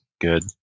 good